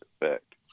effect